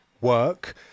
work